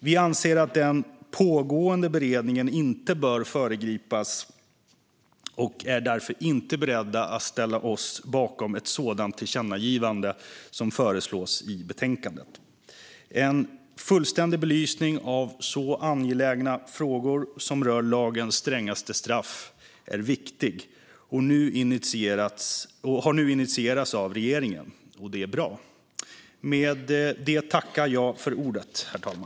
Vi anser att den pågående beredningen inte bör föregripas och är därför inte beredda att ställa oss bakom ett sådant tillkännagivande som föreslås i betänkandet. En fullständig belysning av angelägna frågor som rör lagens strängaste straff är viktig och har nu initierats av regeringen. Det är bra. Jag yrkar bifall till reservation 4.